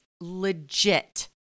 legit